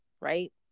right